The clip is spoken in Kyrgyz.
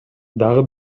дагы